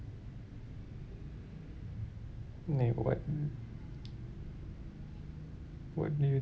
what do you